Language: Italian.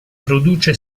produce